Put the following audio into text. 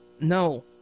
No